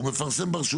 הוא מפרסם ברשומות.